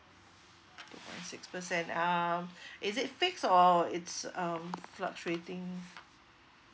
two point six percent um is it fix all it's um fluctuating